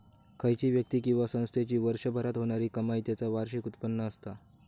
खयची व्यक्ती किंवा संस्थेची वर्षभरात होणारी कमाई त्याचा वार्षिक उत्पन्न असता